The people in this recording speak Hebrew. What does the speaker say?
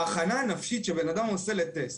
ההכנה הנפשית שבנאדם עשה לטסט,